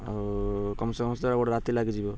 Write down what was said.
ଆଉ କମ୍ସେ କମ୍ ସେ ତ ଗୋଟେ ରାତି ଲାଗିଯିବ